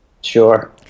Sure